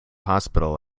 hospital